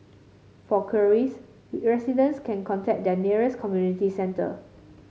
for queries residents can contact their nearest community centre